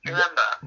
remember